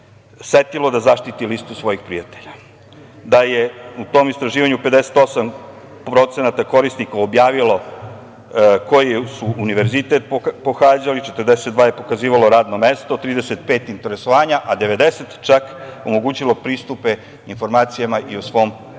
setilo da zaštiti listu svojih prijatelja, da je u tom istraživanju 58% korisnika objavilo koji su univerzitet pohađali, 42% je pokazivalo radno mesto, 35% interesovanja, a 90% omogućilo pristupe informacijama o svom prebivalištu.